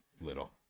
little